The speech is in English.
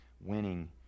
winning